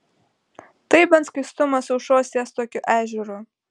tai bent skaistumas aušros ties tokiu ežeru